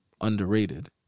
underrated